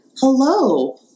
hello